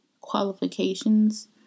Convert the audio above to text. qualifications